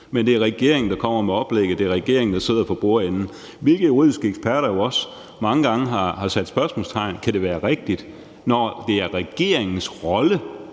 Men det er regeringen, der kommer med oplægget, det er regeringen, der sidder for bordenden, hvilket juridiske eksperter jo også mange gange har sat spørgsmålstegn ved. Kan det være rigtigt, når det handler om regeringens rolle?